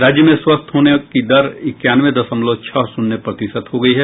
राज्य में स्वस्थ होने की दर इक्यानवे दशमलव छह शून्य प्रतिशत हो गयी है